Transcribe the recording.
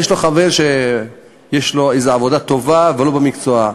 יש לו חבר שיש לו איזו עבודה טובה אבל לא במקצוע,